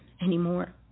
anymore